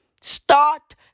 Start